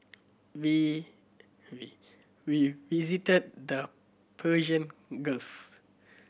we we visited the Persian Gulf